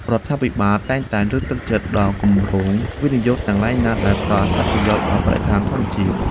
រដ្ឋាភិបាលតែងតែលើកទឹកចិត្តដល់គម្រោងវិនិយោគទាំងឡាយណាដែលផ្តល់អត្ថប្រយោជន៍ដល់បរិស្ថានធម្មជាតិ។